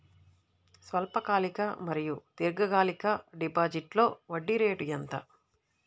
స్వల్పకాలిక మరియు దీర్ఘకాలిక డిపోజిట్స్లో వడ్డీ రేటు ఎంత?